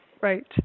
Right